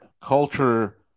culture